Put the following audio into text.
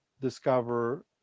discover